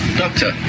doctor